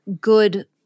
good